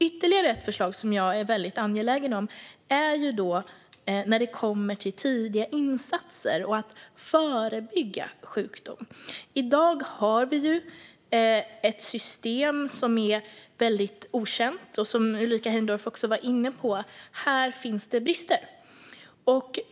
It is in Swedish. Ytterligare ett förslag som jag är angelägen om handlar om tidiga insatser och att förebygga sjukdom. I dag har vi ett system som är okänt och där det finns brister, som Ulrika Heindorff var inne på.